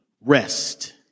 rest